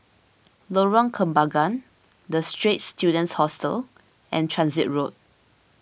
Lorong Kembangan the Straits Students Hostel and Transit Road